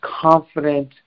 confident